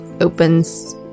opens